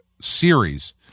series